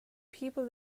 people